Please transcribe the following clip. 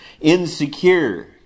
insecure